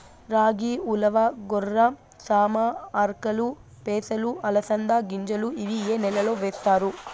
రాగి, ఉలవ, కొర్ర, సామ, ఆర్కెలు, పెసలు, అలసంద గింజలు ఇవి ఏ నెలలో వేస్తారు?